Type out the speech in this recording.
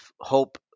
hope